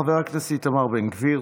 חבר הכנסת איתמר בן גביר,